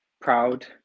Proud